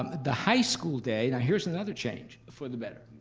um the high school day, now here's another change for the better.